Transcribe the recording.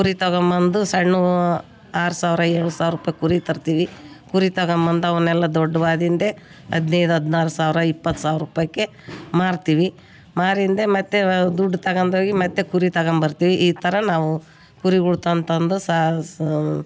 ಕುರಿ ತಗೋಂಬಂದು ಸಣ್ಣವು ಆರು ಸಾವಿರ ಏಳು ಸಾವಿರ ರೂಪಾಯಿ ಕುರಿ ತರ್ತೀವಿ ಕುರಿ ತಗೋಂಬಂದು ಅವನ್ನೆಲ್ಲ ದೊಡ್ಡ್ವಾಗಿಂದೆ ಹದಿನೈದು ಹದಿನಾರು ಸಾವಿರ ಇಪ್ಪತ್ತು ಸಾವಿರ ರೂಪಾಯಿಗೆ ಮಾರ್ತೀವಿ ಮಾರಿಂದೆ ಮತ್ತು ದುಡ್ಡು ತಗಂದ್ ಹೊಯ್ ಮತ್ತೆ ಕುರಿ ತಕೊಂಬರ್ತೀವಿ ಈ ಥರ ನಾವು ಕುರಿಗಳು ತಂದು ತಂದು ಸಾ ಸು